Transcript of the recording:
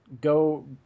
go –